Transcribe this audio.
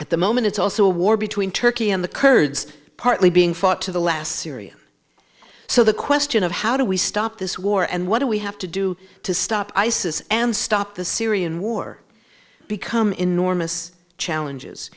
at the moment it's also a war between turkey and the kurds partly being fought to the last syria so the question of how do we stop this war and what do we have to do to stop isis and stop the syrian war become enormous challenges